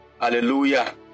Hallelujah